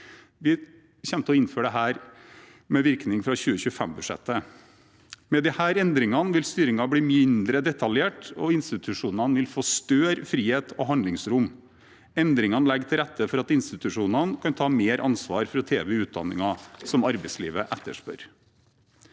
kompetansebehovet i Norge 2023 Med disse endringene vil styringen bli mindre detaljert, og institusjonene vil få større frihet og handlingsrom. Endringene legger til rette for at institusjonene kan ta mer ansvar for å tilby utdanninger som arbeidslivet etterspør.